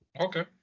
Okay